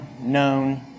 known